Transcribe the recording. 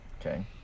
Okay